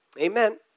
Amen